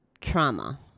trauma